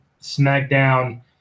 SmackDown